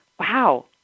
wow